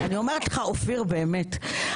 באמת,